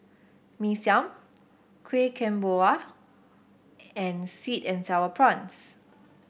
Mee Siam Kueh Kemboja and sweet and sour prawns